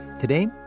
Today